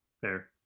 Fair